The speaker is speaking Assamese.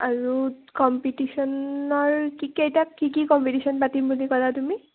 আৰু কম্পিটিশনৰ কি কেইটাত কি কি কম্পিটিশ্য়ন পাতিম বুলি ক'লা তুমি